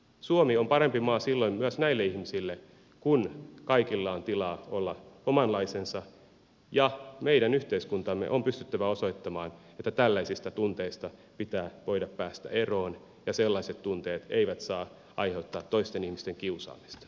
suomi on parempi maa silloin myös näille ihmisille kun kaikilla on tilaa olla omanlaisensa ja meidän yhteiskuntamme on pystyttävä osoittamaan että tällaisista tunteista pitää voida päästä eroon ja sellaiset tunteet eivät saa aiheuttaa toisten ihmisten kiusaamista